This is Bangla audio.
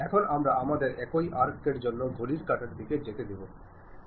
এখন আমরা আমাদের একই আর্কের জন্য ঘড়ির কাঁটার দিকে যেতে দেব